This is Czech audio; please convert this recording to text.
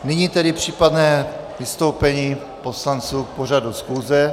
Nyní tedy případná vystoupení poslanců k pořadu schůze.